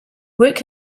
work